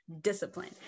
discipline